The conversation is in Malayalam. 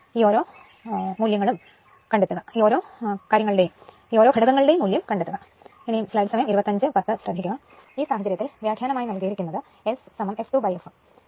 ഈ സാഹചര്യത്തിൽ വ്യാഖ്യാനം ആയി നൽകിയിരിക്കുന്നത് Sf2f എന്ന് ആണ്